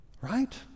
Right